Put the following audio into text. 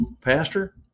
Pastor